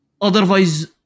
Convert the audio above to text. Otherwise